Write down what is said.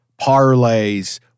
parlays